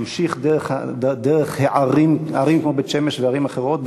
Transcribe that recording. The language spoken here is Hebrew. ממשיכה דרך ערים כמו בית-שמש וערים אחרות,